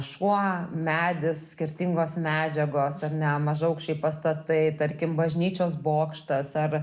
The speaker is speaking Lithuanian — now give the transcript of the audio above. šuo medis skirtingos medžiagos ar ne mažaaukščiai pastatai tarkim bažnyčios bokštas ar